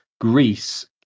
Greece